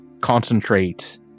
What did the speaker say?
concentrate